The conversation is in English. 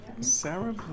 Sarah